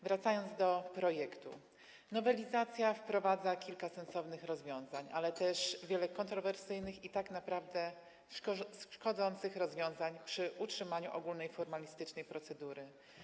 Wracając do projektu - nowelizacja wprowadza kilka sensownych rozwiązań, ale też wiele kontrowersyjnych i tak naprawdę szkodzących rozwiązań, przy utrzymaniu ogólnej formalistycznej procedury.